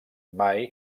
mai